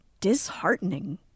disheartening